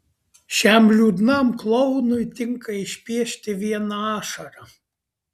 šiam liūdnam klounui tinka išpiešti vieną ašarą